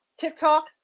TikTok